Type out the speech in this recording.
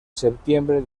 septiembre